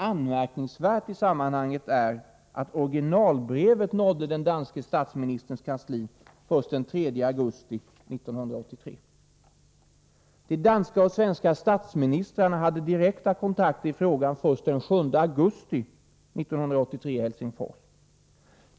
Anmärkningsvärt i sammanhanget är att originalbrevet nådde den danske statsministerns kansli först den 3 augusti 1983. De danska och svenska statsministrarna hade direkta kontakter i frågan först den 7 augusti 1983 i Helsingfors.